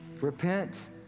Repent